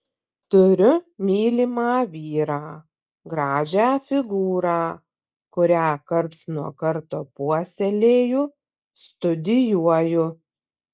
turiu mylimą vyrą gražią figūrą kurią karts nuo karto puoselėju studijuoju